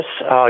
Yes